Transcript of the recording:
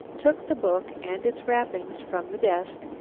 took the book and its wrappings from the desk,